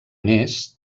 més